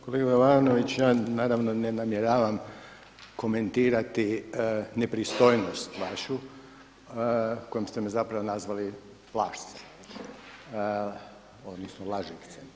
Kolega Jovanović, ja naravno ne namjeravam komentirati nepristojnost vašu kojom ste me zapravo nazvali lašcem odnosno lažljivcem.